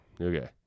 okay